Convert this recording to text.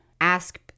ask